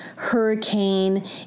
hurricane